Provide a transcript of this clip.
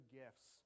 gifts